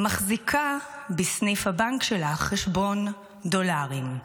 מחזיקה בסניף הבנק שלה חשבון דולרים.